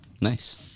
Nice